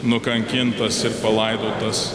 nukankintas ir palaidotas